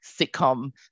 sitcom